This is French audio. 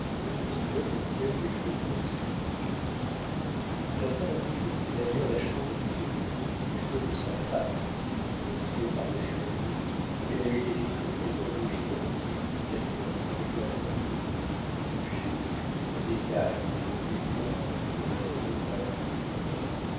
les petits meubles qu'aiment les jeunes personnes la salle à manger était derrière la chambre de birotteau et celle de sa femme on y entrait par l'escalier elle avait été traitée dans le genre dit louis xiv avec la pendule de boulle les buffets de cuivre et d'écaille les murs tendus en étoffe à clous dorés